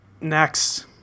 next